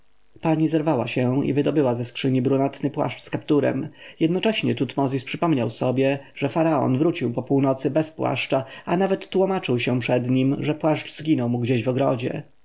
pani zerwała się i wydobyła ze skrzyni brunatny płaszcz z kapturem jednocześnie tutmozis przypomniał sobie że faraon wrócił po północy bez płaszcza a nawet tłomaczył się przed nim że płaszcz zginął mu gdzieś w ogrodzie